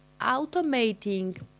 automating